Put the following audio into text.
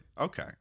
Okay